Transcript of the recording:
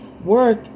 work